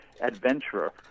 adventurer